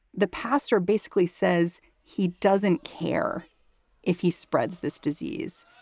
the pastor basically says he doesn't care if he spreads this disease